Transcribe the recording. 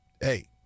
Hey